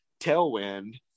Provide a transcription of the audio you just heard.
Tailwind